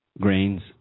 grains